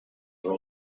were